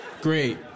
great